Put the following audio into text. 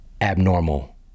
abnormal